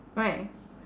right